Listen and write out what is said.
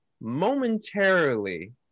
momentarily